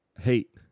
hate